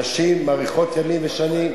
נשים מאריכות ימים ושנים,